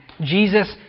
Jesus